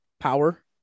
Power